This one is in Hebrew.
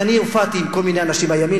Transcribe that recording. הרי אני הופעתי עם כל מיני אנשים מהימין